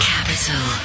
Capital